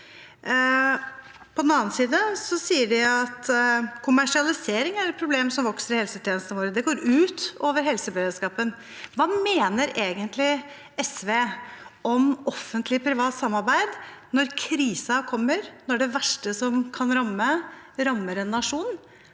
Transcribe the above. På den annen side sier de at kommersialisering er et problem som vokser i helsetjenestene våre, det går ut over helseberedskapen. Hva mener egentlig SV om offentlig-privat samarbeid når krisen kommer, når det verste som kan ramme, rammer en nasjon?